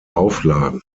auflagen